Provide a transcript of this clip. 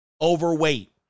Overweight